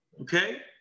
Okay